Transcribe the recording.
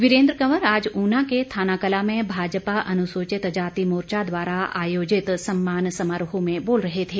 वीरेन्द्र कंवर आज ऊना के थानाकलां में भाजपा अनुसूचित जाति मोर्चा द्वारा आयोजित सम्मान समारोह में बोल रहे थे